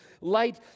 light